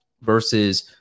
versus –